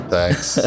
Thanks